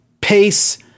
pace